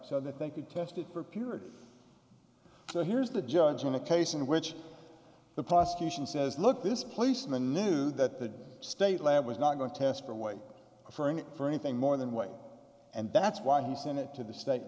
so that they could test it for purity so here's the judge in a case in which the prosecution says look this policeman knew that the state lab was not going to test for wait for him for anything more than way and that's why he sent it to the state